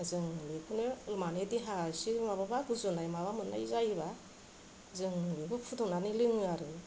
जों बेखौनो माने देहा इसे माबाबा गुजुनाय माबा मोननाय जायोब्ला जों बेखौ फुदुंनानै लोङो आरो